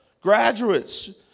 Graduates